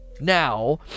Now